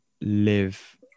live